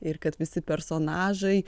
ir kad visi personažai